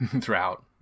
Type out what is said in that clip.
throughout